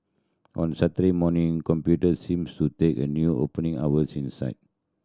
on Saturday morning computers seemed to take a new opening hours in the side